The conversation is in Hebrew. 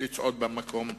לצעוד במקום הראשון.